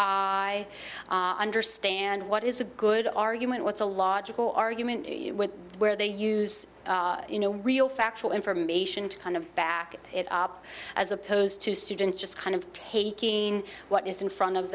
eye understand what is a good argument what's a logical argument where they use you know real factual information to kind of back it up as opposed to students just kind of taking what is in front of